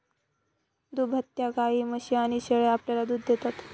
दुभत्या गायी, म्हशी आणि शेळ्या आपल्याला दूध देतात